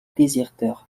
déserteur